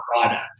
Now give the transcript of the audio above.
product